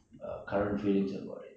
err current feelings about it